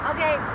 Okay